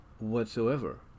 whatsoever